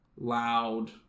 loud